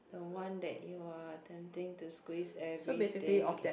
the one that you are tempting to squeeze everything in